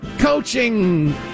Coaching